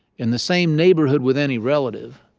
in the same neighborhood with any relative,